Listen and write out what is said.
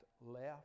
left